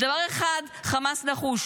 בדבר אחד חמאס נחוש,